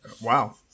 wow